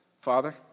Father